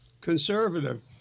conservative